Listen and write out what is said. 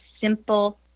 simple